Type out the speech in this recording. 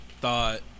Thought